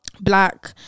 black